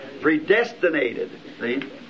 predestinated